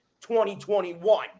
2021